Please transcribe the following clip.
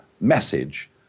message